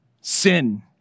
sin